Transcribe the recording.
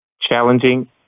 challenging